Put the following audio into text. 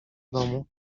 domu